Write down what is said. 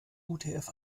utf